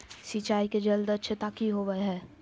सिंचाई के जल दक्षता कि होवय हैय?